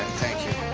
thank you.